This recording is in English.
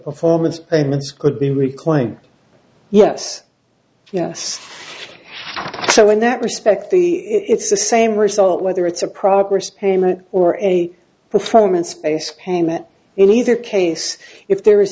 performance payments could be reclaimed yes yes so in that respect the it's the same result whether it's a progress payment or a performance based payment in either case if there is